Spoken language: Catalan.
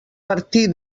partir